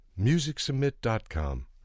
MusicSubmit.com